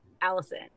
allison